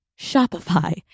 Shopify